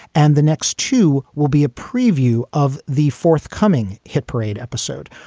and the next two will be a preview of the forthcoming hit parade episode.